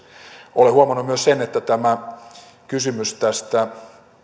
olen huomannut myös sen että kysymys tästä